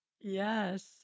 Yes